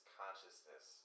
consciousness